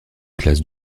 classe